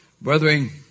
Brethren